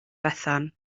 bethan